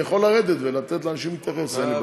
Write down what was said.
אני יכול לרדת ולתת לאנשים להתייחס, אין לי בעיה.